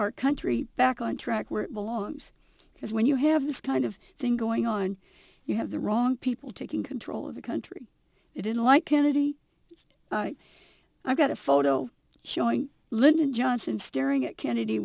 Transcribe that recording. our country back on track where it belongs because when you have this kind of thing going on you have the wrong people taking control of the country it in like kennedy i've got a photo showing lyndon johnson staring at kennedy